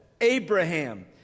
Abraham